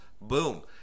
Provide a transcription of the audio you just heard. Boom